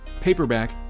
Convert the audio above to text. paperback